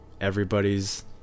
everybody's